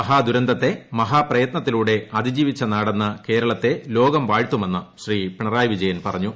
മഹാദുരന്തത്തെ മഹാപ്രയത്നത്തിലൂടെ അതിജീവിച്ച നാടെന്ന് കേരളത്തെ ലോകം വാഴ്ത്തുമെന്ന് ശ്രീ പിണറായി വിജയൻ പറഞ്ഞു